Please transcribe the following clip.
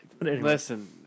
Listen